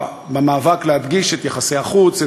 במאבק להדגיש את יחסי החוץ,